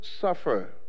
suffer